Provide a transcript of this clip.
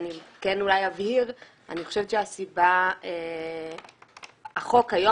החוק היום,